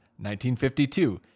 1952